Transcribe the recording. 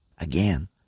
again